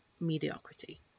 mediocrity